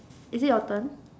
is it your turn